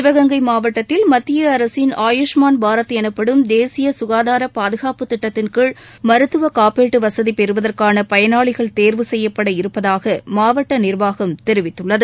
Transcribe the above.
சிவகங்கை மாவட்டத்தில் மத்திய அரசின் ஆயுஷ்மான் பாரத் எனப்படும் தேசிய சுகாதார பாதுகாப்பு திட்டத்தின் கீழ் மருத்துவ காப்பீட்டு வசதி பெறுவதற்கான பயனாளிகள் தேர்வு செய்யப்பட இருப்பதாக மாவட்டி நிர்வாகம் தெரிவித்துள்ளது